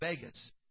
Vegas